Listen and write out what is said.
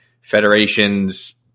federations